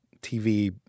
TV